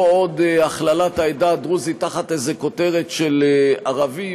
לא עוד הכללת העדה הדרוזית תחת איזו כותרת של ערבים,